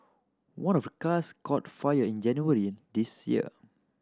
one of the cars caught fire in January this year